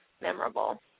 memorable